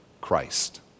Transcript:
Christ